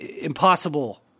impossible